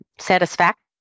satisfaction